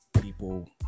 people